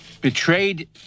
betrayed